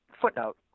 Footnote